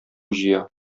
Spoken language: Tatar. җыя